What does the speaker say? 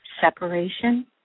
separation